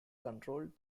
controlled